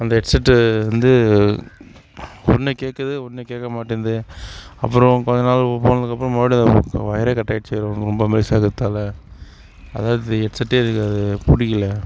அந்த headset வந்து ஒன்று கேட்குது ஒன்று கேட்க மாட்டேன்து அப்புறோம் கொஞ்ச நாள் போனதுக்கு அப்புறோம் மறுபடியும் ஒயரே கட்டாயிடுச்சி ரொம்ப மெல்லிசாக இருக்கிறதால அதாவது ஹெட் செட்டே பிடிக்கல